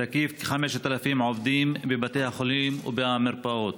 תקיף כ-5,000 עובדים בבתי החולים ובמרפאות,